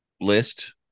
list